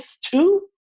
two